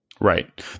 Right